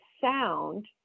sound